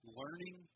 learning